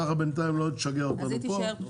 ככה בינתיים לא תשגע אותנו פה.